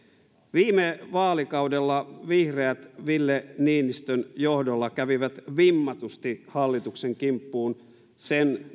viime vaalikaudella vihreät ville niinistön johdolla kävivät vimmatusti sipilän hallituksen kimppuun sen